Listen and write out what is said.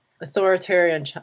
Authoritarian